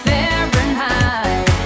Fahrenheit